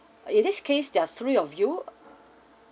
in this case there are three of you